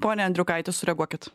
pone andriukaiti sureaguokit